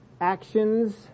actions